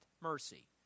mercy